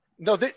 No